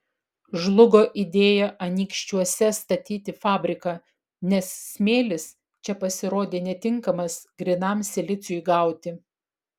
žlugo idėja anykščiuose statyti fabriką nes smėlis čia pasirodė netinkamas grynam siliciui gauti